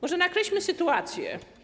Może nakreślmy sytuację.